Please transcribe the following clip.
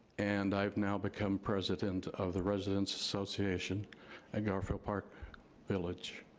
and i've now become president of the residents association at garfield park village,